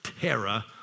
terror